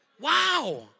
Wow